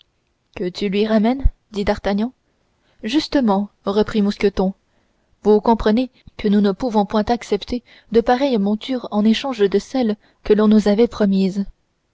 que tu lui ramènes dit d'artagnan justement reprit mousqueton vous comprenez que nous ne pouvons point accepter de pareilles montures en échange de celles que l'on nous avait promises